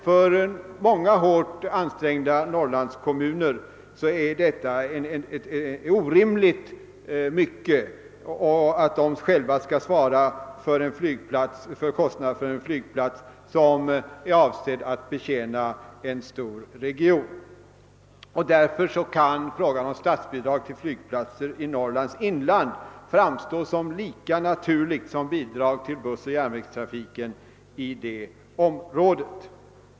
För många hårt ansträngda Norrlandskommuner är det emellertid ett orimligt krav att de själva skall svara för kostnaderna för en flygplats som är avsedd att betjäna en stor region. Därför kan statsbidrag till flygplatser i Norrlands inland framstå som lika naturliga som bidrag till bussoch järnvägstrafik till området.